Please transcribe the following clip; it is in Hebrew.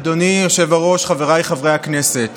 אדוני היושב-ראש, חבריי חברי הכנסת,